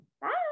Bye